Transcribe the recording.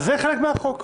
אז זה חלק מהחוק.